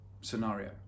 scenario